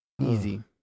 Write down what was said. Easy